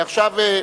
עכשיו,